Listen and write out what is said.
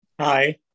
Hi